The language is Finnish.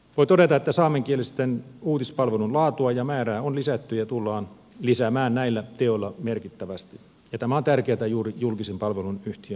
voi todeta että saamenkielisen uutispalvelun laatua ja määrää on lisätty ja tullaan lisäämään näillä teoilla merkittävästi ja tämä on tärkeätä juuri julkisen palvelun yhtiön toiminnassa